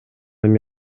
эми